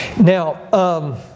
Now